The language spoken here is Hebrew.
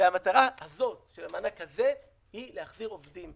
והמטרה הזאת של המענק הזה היא להחזיר עובדים.